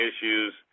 issues